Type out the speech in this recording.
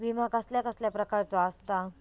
विमा कसल्या कसल्या प्रकारचो असता?